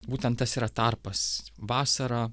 būtent tas yra tarpas vasarą